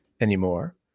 anymore